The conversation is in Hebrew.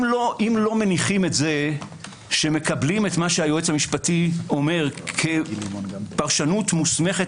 אם לא מניחים את זה שמקבלים את מה שהיועץ המשפטי אומר כפרשנות מוסמכת